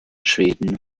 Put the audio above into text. schweden